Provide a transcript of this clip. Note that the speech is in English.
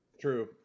True